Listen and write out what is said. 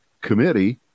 committee